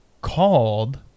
called